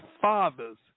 fathers